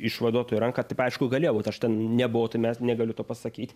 išvaduotojui ranką taip aišku galėjo būt aš ten nebuvau tai mes negaliu to pasakyt